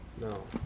no